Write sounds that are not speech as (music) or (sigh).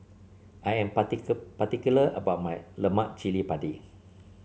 I am (unintelligible) particular about my Lemak Cili Padi